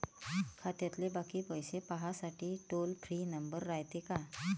खात्यातले बाकी पैसे पाहासाठी टोल फ्री नंबर रायते का?